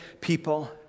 people